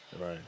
Right